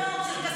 כמו באירופה.